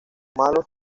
malos